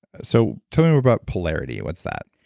so tell me more about polarity. what's that?